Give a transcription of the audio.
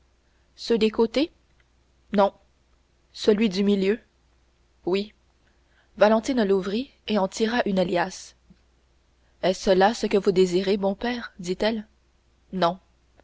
ceux des côtés non celui du milieu oui valentine l'ouvrit et en tira une liasse est-ce là ce que vous désirez bon père dit-elle non